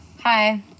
Hi